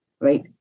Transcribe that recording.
right